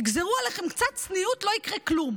תגזרו עליכם קצת צניעות, לא יקרה כלום.